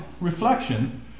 reflection